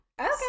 Okay